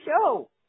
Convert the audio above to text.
show